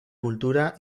cultura